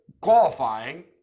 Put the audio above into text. Qualifying